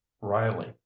riley